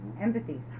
empathy